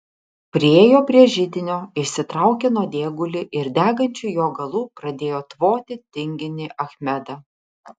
priėjo prie židinio išsitraukė nuodėgulį ir degančiu jo galu pradėjo tvoti tinginį achmedą